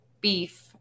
beef